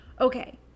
Okay